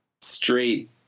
Straight